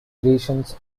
editions